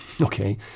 okay